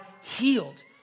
healed